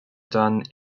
done